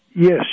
Yes